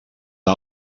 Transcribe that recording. les